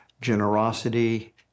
Generosity